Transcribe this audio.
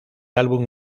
álbum